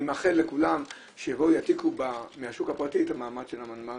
אני מאחל לכולם שיעתיקו מהשוק הפרטי את המעמד של המנמ"רים